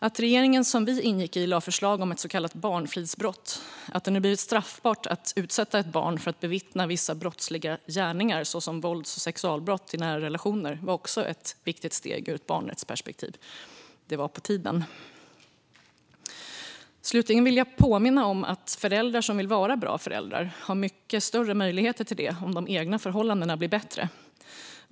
Att regeringen som vi ingick i lade ett förslag om så kallat barnfridsbrott - att det nu blivit straffbart att utsätta ett barn för att bevittna vissa brottsliga gärningar, såsom vålds och sexualbrott, i nära relationer - var också ett viktigt steg ur barnrättsperspektiv. Det var på tiden. Slutligen vill jag påminna om att föräldrar som vill vara bra föräldrar har mycket större möjlighet till det om de egna förhållandena blir bättre.